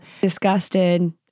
disgusted